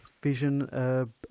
vision